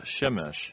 Shemesh